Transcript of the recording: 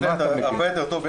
בהחלט, הרבה יותר טוב.